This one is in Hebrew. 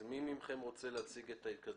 מי מכם רוצה להציג את ההתקדמות?